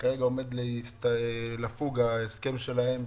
וכרגע עומד לפוג ההסכם שלהם,